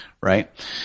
right